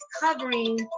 covering